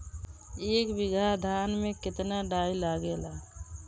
एक बीगहा धान में केतना डाई लागेला?